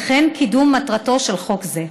קידום מטרתו של חוק זה.